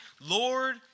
Lord